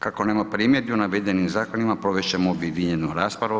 Kako nema primjedbi o navedenim zakonima provest ćemo objedinjenu raspravu.